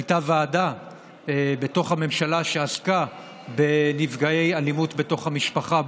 הייתה ועדה בתוך הממשלה שעסקה בנפגעי אלימות בתוך המשפחה.